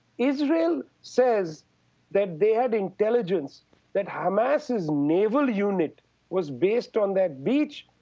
israel says that they had intelligence that hamas's naval unit was based on that beach,